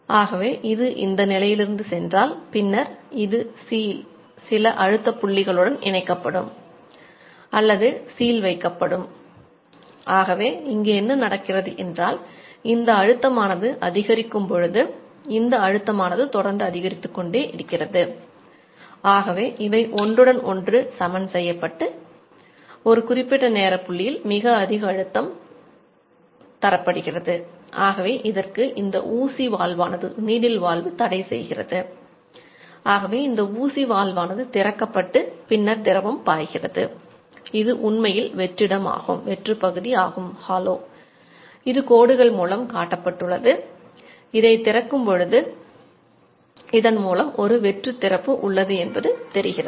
ஆகவே இது இந்த நிலையிலிருந்து உள்ளது தெரிகிறது